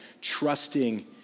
trusting